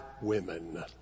women